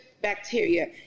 bacteria